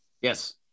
yes